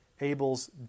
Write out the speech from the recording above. Abel's